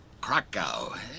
Krakow